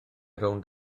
rownd